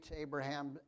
Abraham